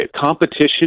Competition